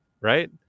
right